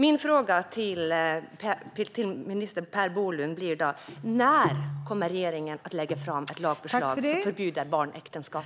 Min fråga till minister Per Bolund blir följande: När kommer regeringen att lägga fram ett lagförslag som förbjuder barnäktenskap?